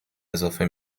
اضافه